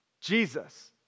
Jesus